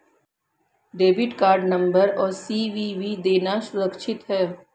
Debit card number और CVV देना सुरक्षित है?